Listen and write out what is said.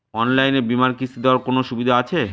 অনলাইনে বীমার কিস্তি দেওয়ার কোন সুবিধে আছে?